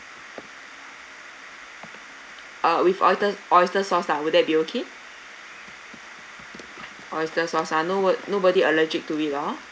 uh with oyster oyster sauce lah would that be okay oyster sauce ah nobo~ nobody allergic to it oh